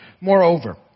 moreover